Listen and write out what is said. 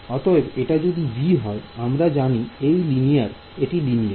অতএব এটা যদি b হয় আমরা জানি এটা লিনিয়ার